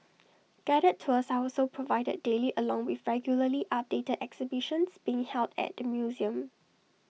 guided tours are also provided daily along with regularly updated exhibitions being held at the museum